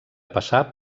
passar